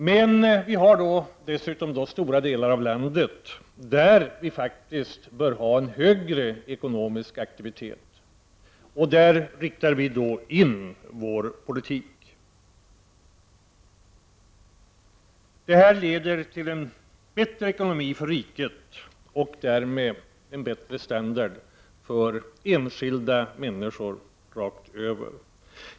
Den ekonomiska aktiviteten bör däremot vara högre i stora delar av landet, och det är där som vi riktar in vår politik. Detta leder till en bättre ekonomi för riket och därmed till en bättre standard för enskilda människor rakt över.